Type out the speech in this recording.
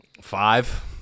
Five